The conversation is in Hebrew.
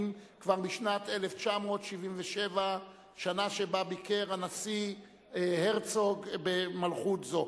כבר משנת 1977. השנה שבה ביקר הנשיא הרצוג בממלכה זו,